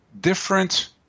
different